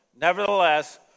Nevertheless